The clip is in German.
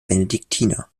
benediktiner